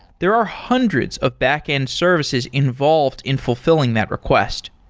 there are hundreds of back-end services involved in fulfilling that request.